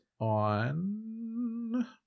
on